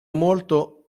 molto